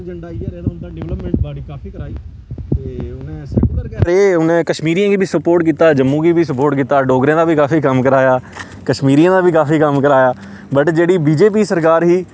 agenda इयै रेहा उनें डिवैल्पमेंट काफी कराई ते सैकूलर गै रेह् उनें कश्मीरियें गी बी सपोर्ट कीता जम्मू गी बी सपोर्ट कीता डोगरें दा बी काफी कम्म कराया कश्मीरियें दा बी काफी कम्म कराया बट जेह्ड़ी बीजेपी सरकार ही